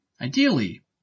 ideally